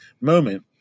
moment